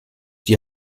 die